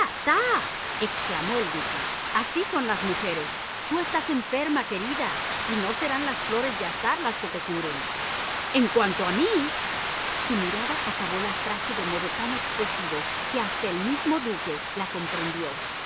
ta exclamó el duque así son las mujeres tú estás enferma querida y no serán las flores de azahar las que te curen en cuanto a mí su mirada acabó la frase de modo tan expresivo que hasta el mismo duque la comprendió